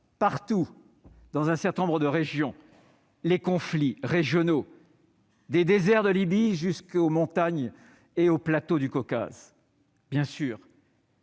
attise, dans un certain nombre de régions, les conflits régionaux, des déserts de Libye aux montagnes et aux plateaux du Caucase. Bien